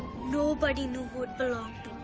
nobody knew who it belonged